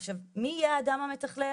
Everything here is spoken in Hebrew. עכשיו, מי יהיה האדם המתכלל?